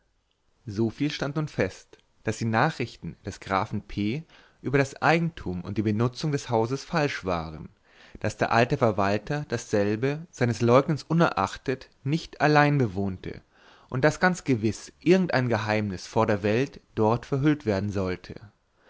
so viel stand nun fest daß die nachrichten des grafen p über das eigentum und die benutzung des hauses falsch waren daß der alte verwalter dasselbe seines leugnens unerachtet nicht allein bewohnte und daß ganz gewiß irgend ein geheimnis vor der welt dort verhüllt werden sollte